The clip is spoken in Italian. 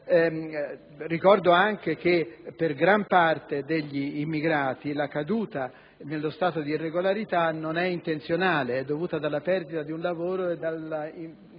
Ricordo anche che per gran parte degli immigrati la caduta nello stato di irregolarità non è intenzionale, ma è dovuta alla perdita di un lavoro ed alla